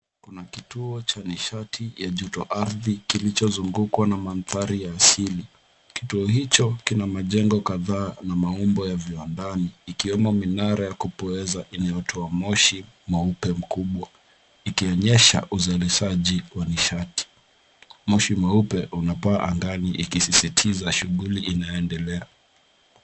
Kuna kituo cha nishati ya joto ardhi kilichozungugwa na mandhari ya asili. Kituo hicho kina majengo kadhaa na maumbo ya viwandani ikiwemo minara ya kupoeza inayotoa moshi mweupe mkubwa, ikionyesha uzalishaji wa nishati. Moshi mweupe unapaa angani ikisisitiza shughuli inayoendelea.